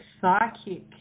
psychic